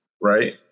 right